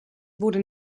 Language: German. wurde